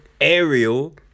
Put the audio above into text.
Ariel